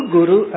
Guru